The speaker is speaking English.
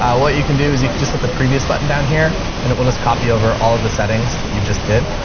um what you can do is you can just hit the previous button down here and it will just copy over all of the settings that you just did.